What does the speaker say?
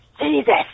Jesus